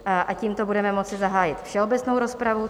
A tímto budeme moci zahájit všeobecnou rozpravu.